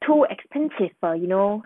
too expensive uh you know